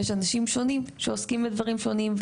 יש אנשים שונים שעוסקים בדברים שונים.